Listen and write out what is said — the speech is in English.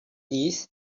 this